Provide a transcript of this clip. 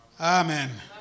Amen